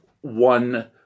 one